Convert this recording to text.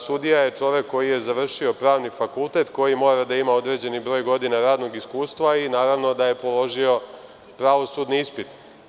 Sudija je čovek koji je završio pravni fakultet, koji mora da ima određeni broj godina radnog iskustva i naravno da je položio pravosudni ispit.